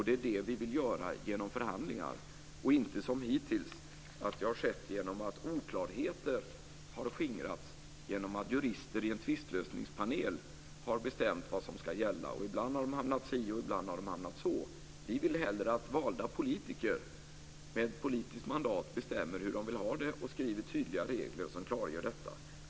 Det är det vi vill göra genom förhandlingar och inte som hittills, att det har skett genom att oklarheter har skingrats genom att jurister i en tvistlösningspanel har bestämt vad som ska gälla, och ibland har de hamnat si och ibland så. Vi vill hellre att valda politiker med politiskt mandat bestämmer hur de vill ha det och skriver tydliga regler som klargör detta.